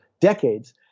decades